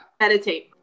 Meditate